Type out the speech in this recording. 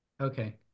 Okay